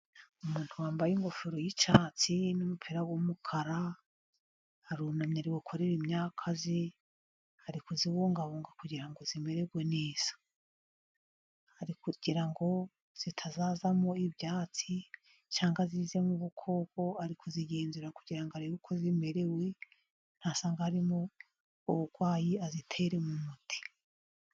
Umuntu wambaye ingofero y'icyatsi n'umupira w'umukara, arunamye ari gukorera imyaka ye, ari kuzibungabunga kugira ngo zimererwe neza, ari kugira ngo zitazazamo ibyatsi cyangwa zizemo ubukoko, ari kuzigenzura kugira ngo arebe uko zimerewe, nasanga harimo uburwayi aziteremo umuti.